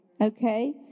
Okay